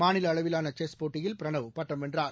மாநிலஅளவிலானசெஸ் போட்டியில் பிரனவ் பட்டம் வென்றார்